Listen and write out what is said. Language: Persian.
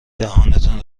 دهانتان